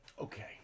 Okay